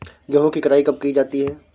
गेहूँ की कटाई कब की जाती है?